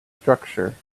structure